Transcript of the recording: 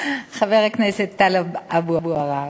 חבר הכנסת טלב אבו עראר,